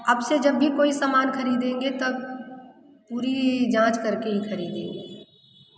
आपसे जब भी कोई सामान ख़रीदेंगे तब पूरी जाँच करके ही ख़रीदेंगे